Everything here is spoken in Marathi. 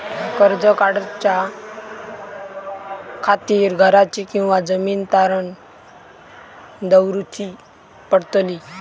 कर्ज काढच्या खातीर घराची किंवा जमीन तारण दवरूची पडतली?